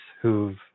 who've